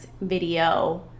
video